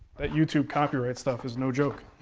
that youtube copyright stuff is no joke.